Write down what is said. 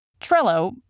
Trello